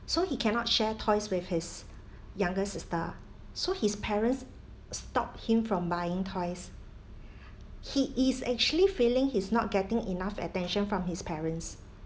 so he cannot share toys with his younger sister so his parents stopped him from buying toys he is actually feeling he's not getting enough attention from his parents